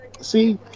See